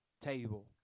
table